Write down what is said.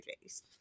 days